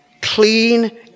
Clean